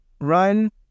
run